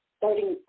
starting